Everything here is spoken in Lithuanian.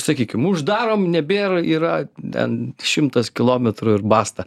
sakykim uždarom nebėr yra ten šimtas kilometrų ir basta